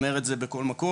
אומר את זה בכל מקום,